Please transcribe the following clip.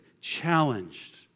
challenged